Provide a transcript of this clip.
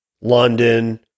London